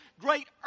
great